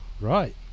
Right